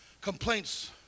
complaints